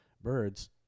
birds